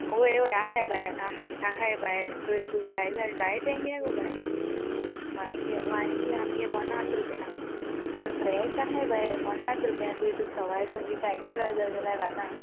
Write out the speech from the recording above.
वोय वोय आहाय बाये आहाय आहाय बाये चोय तूं जाय जाय जाय तेंगे गो बाय वांयगें वांयगें आमगे पोन्नास रुपया वोय फ्रेश आहाय बाये पोन्नास रुपया चोय तुका सवाय कोण दिता एक्स्ट्रा जाय जाल्यार घाता